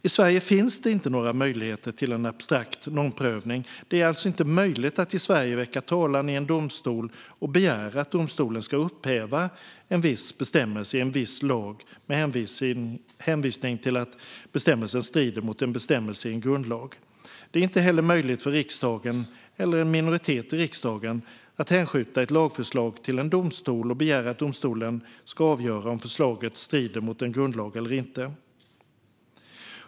I Sverige finns det inte några möjligheter till en abstrakt normprövning. Det är alltså inte möjligt att i Sverige väcka talan i en domstol och begära att domstolen ska upphäva en viss bestämmelse i en viss lag med hänvisning till att bestämmelsen strider mot en bestämmelse i en grundlag. Det är inte heller möjligt för riksdagen, eller en minoritet i riksdagen, att hänskjuta ett lagförslag till en domstol och begära att domstolen ska avgöra om förslaget strider mot en grundlag eller inte.